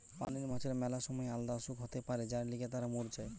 পানির মাছের ম্যালা সময় আলদা অসুখ হতে পারে যার লিগে তারা মোর যায়